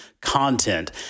content